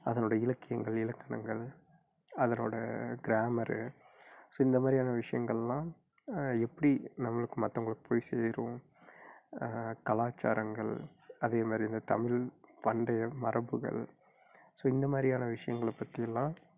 அதனோட இலக்கியங்கள் இலக்கணங்கள் அதனோட கிராமரு ஸோ இந்த மாதிரியான விஷயங்கள்லாம் எப்படி நம்மளுக்கும் மற்றவங்களுக்கு போய் சேரும் கலாச்சாரங்கள் அதேமாதிரி இந்த தமிழ் பண்டைய மரபுகள் ஸோ இந்த மாதிரியான விஷயங்கள பற்றி எல்லாம்